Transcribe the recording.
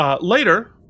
later